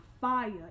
fire